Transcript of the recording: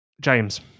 James